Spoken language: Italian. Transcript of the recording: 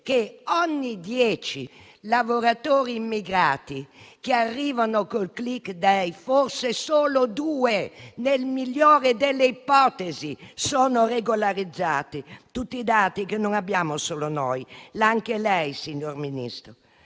ogni dieci lavoratori immigrati che arrivano col *click day,* forse solo due, nella migliore delle ipotesi, sono regolarizzati? Questi dati non li abbiamo solo noi, ma li ha anche lei, signor Ministro.